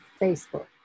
Facebook